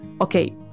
okay